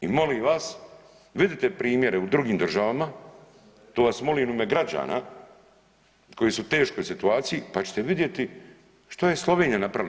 I molim vas vidite primjere u drugim državama, to vas molim u ime građana koji su u teškoj situaciji pa ćete vidjeti što je Slovenija napravila.